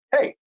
hey